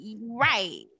right